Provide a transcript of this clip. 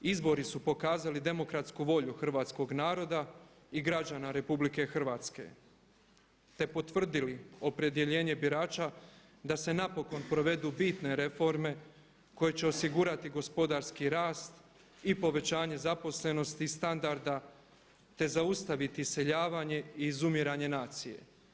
Izbori su pokazali demokratsku volju hrvatskog naroda i građana Republike Hrvatske, te potvrdili opredjeljenje birača da se napokon provedu bitne reforme koje će osigurati gospodarski rast i povećanje zaposlenosti i standarda, te zaustaviti iseljavanje i izumiranje nacije.